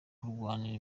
kurwanira